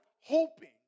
hoping